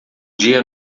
dia